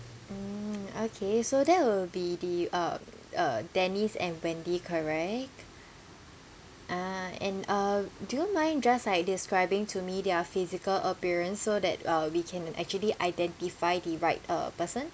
mm okay so that will be the uh uh dennis and wendy correct ah and uh do you mind just like describing to me their physical appearance so that uh we can actually identify the right uh person